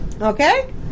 Okay